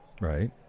Right